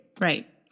Right